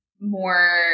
more